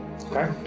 Okay